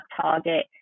Target